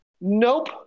nope